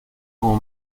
como